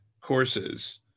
courses